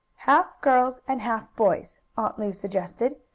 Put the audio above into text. half girls and half boys, aunt lu suggested.